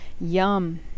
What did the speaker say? Yum